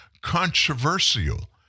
controversial